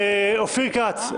תודה רבה לכולם.